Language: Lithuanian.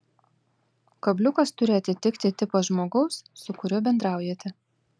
kabliukas turi atitikti tipą žmogaus su kuriuo bendraujate